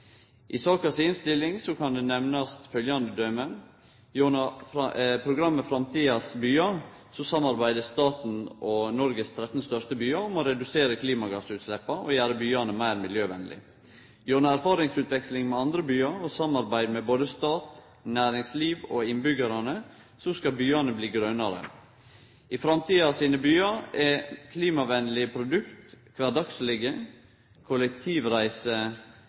I innstillinga nemner ein følgjande døme: Gjennom programmet «Framtidens byer» samarbeider staten og Noregs 13 største byar om å redusere klimagassutsleppa og gjere byane meir miljøvennlege. Gjennom erfaringsutveksling med andre byar og samarbeid med både stat, næringsliv og innbyggjarar skal byane bli grønare. I «Framtidens byer» er klimavennlege produkt kvardagslege, kollektivreiser